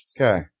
Okay